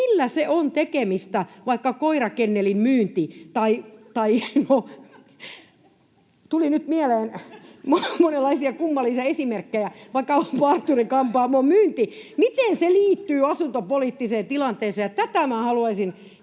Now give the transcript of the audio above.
sillä on tekemistä vaikka koirakennelin myynnin kanssa — no, tuli nyt mieleen monenlaisia kummallisia esimerkkejä — tai vaikka parturi-kampaamon myynti, miten se liittyy asuntopoliittiseen tilanteeseen? Tätä minä haluaisin